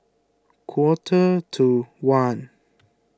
quarter to one